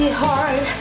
hard